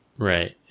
Right